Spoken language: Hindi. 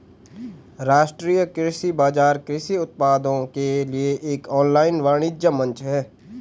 राष्ट्रीय कृषि बाजार कृषि उत्पादों के लिए एक ऑनलाइन वाणिज्य मंच है